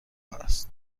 است